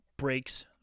Breaks